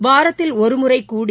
வாரத்தில் ஒருமுறை கூடி